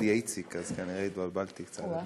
דליה איציק אז כנראה התבלבלתי קצת.